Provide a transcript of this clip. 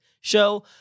show